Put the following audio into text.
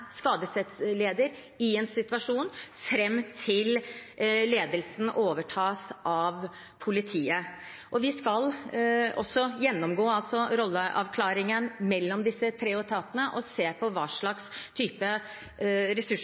skadestedsleder i en situasjon frem til ledelsen overtas av politiet. Vi skal også gjennomgå rolleavklaringen mellom disse tre etatene og se på hva slags type ressurser